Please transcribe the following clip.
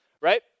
right